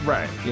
Right